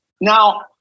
Now